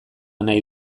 nahi